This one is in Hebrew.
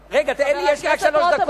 הרב גפני, תן לי, יש לי רק שלוש דקות.